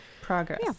Progress